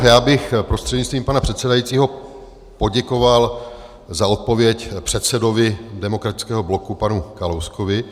Já bych prostřednictvím pana předsedajícího poděkoval za odpověď předsedovi Demokratického bloku panu Kalouskovi.